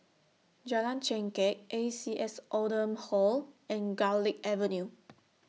Jalan Chengkek A C S Oldham Hall and Garlick Avenue